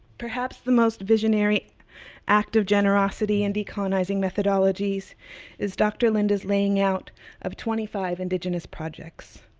perhaps the most visionary act of generosity in decolonizing methodologies is dr. linda's laying out of twenty five indigenous projects,